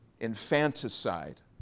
infanticide